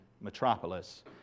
metropolis